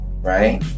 right